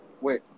Wait